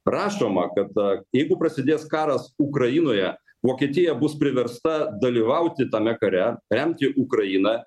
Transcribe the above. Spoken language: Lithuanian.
rašoma kad jeigu prasidės karas ukrainoje vokietija bus priversta dalyvauti tame kare remti ukrainą